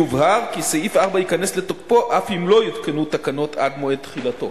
יובהר כי סעיף 4 ייכנס לתוקפו אף אם לא יותקנו תקנות עד מועד תחילתו.